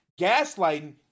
Gaslighting